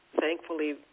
thankfully